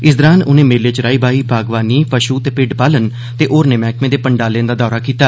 इस दौरान उनें मेले च राई बाई बागवानी पश् ते भिड्ड पालन ते होरने मैहकमें दे पंडालें दा दौरा कीता